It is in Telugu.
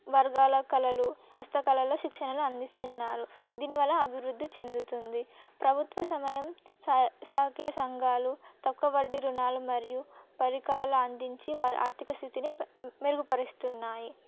వర్గాల కళలు హస్తకళలో శిక్షణలు అందిస్తున్నారు దీనివల్ల అభివృద్ధి చెందుతుంది ప్రభుత్వ సమయం సా సహాయక సంఘాలు తక్కు వడ్డీ రుణాలు మరియు పరికరాలు అందించి వారి ఆర్థిక స్థితిని మెరుగుపరుస్తున్నాయి